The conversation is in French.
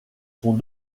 sont